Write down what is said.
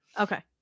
Okay